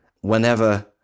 whenever